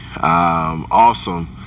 awesome